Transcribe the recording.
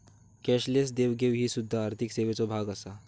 cashless देवघेव ही सुध्दा आर्थिक सेवेचो भाग आसा